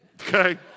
okay